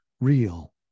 real